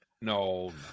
no